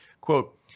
Quote